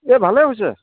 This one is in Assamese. এ ভালেই হৈছে